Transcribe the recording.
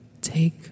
Take